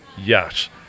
Yes